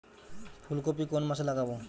ফুলকপি কোন মাসে লাগাবো?